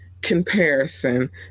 comparison